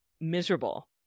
miserable